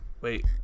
Wait